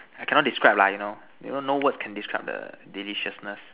I cannot describe lah you know you know no word can describe the deliciousness